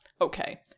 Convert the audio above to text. Okay